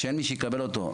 שאין מי שיקבל אותו.